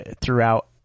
throughout